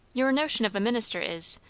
your notion of a minister is,